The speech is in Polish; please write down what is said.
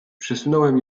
przesunąłem